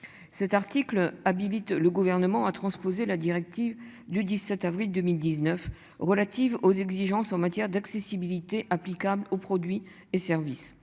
Cet article habilite le gouvernement à transposer la directive du 17 avril 2019 relatives aux exigences en matière d'accessibilité applicable aux produits et services.